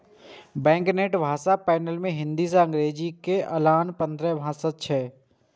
banknote के भाषा panel मे हिंदी आ अंग्रेजी के अलाना पंद्रह भाषा छै